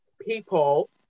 people